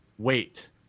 Wait